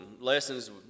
lessons